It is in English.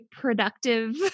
productive